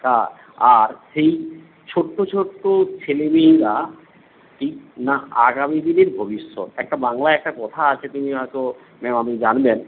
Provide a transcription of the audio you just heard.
তা আর সেই ছোট্ট ছোট্ট ছেলে মেয়েরা কী না আগামী দিনের ভবিষ্যৎ একটা বাংলায় একটা কথা আছে তুমি হয়তো ম্যাম আপনি জানবেন